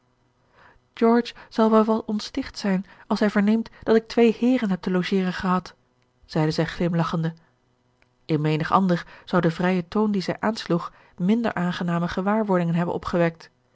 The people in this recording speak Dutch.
zal wel wat ontsticht zijn als hij verneemt dat ik twee heeren heb te logeren gehad zeide zij glimlagchende in menig ander zou de vrije toon dien zij aansloeg minder aangename gewaarwordingen hebben opgewekt